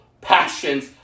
passions